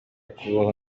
kubaho